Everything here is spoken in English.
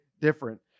different